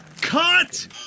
Cut